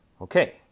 okay